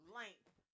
length